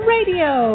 Radio